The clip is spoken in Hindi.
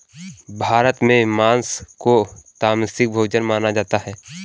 भारत में माँस को तामसिक भोजन माना जाता है